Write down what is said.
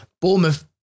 Bournemouth